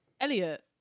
Elliot